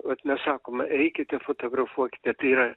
vat mes sakome eikite fotografuokite tai yra